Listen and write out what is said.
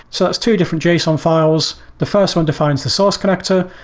so that's two different json files. the first one defines the source connector.